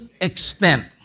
extent